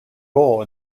role